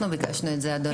אנחנו ביקשנו את זה, אדוני.